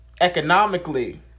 economically